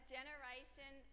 Generation